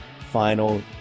final